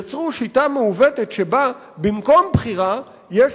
יצרו שיטה מעוותת שבה במקום בחירה יש